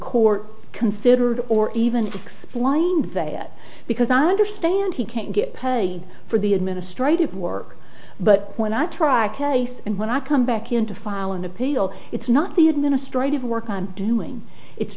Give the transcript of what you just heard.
court considered or even explained that because i understand he can't get paid for the administrative work but when i try a case and when i come back in to file an appeal it's not the administrative work on doing it's